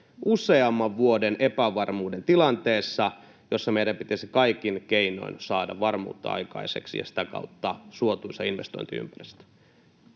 useamman vuoden epävarmuuden tilanteessa, jossa meidän pitäisi kaikin keinoin saada varmuutta aikaiseksi ja sitä kautta suotuisa investointiympäristö?